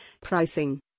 Pricing